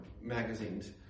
magazines